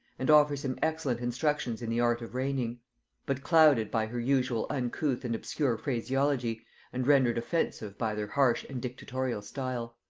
and offers him excellent instructions in the art of reigning but clouded by her usual uncouth and obscure phraseology and rendered offensive by their harsh and dictatorial style.